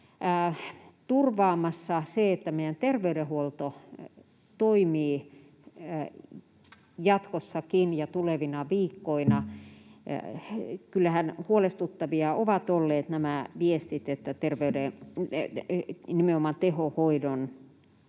turvaamassa se, että meidän terveydenhuolto toimii jatkossakin ja tulevina viikkoina. Kyllähän huolestuttavia ovat olleet nämä viestit, että nimenomaan tehohoidon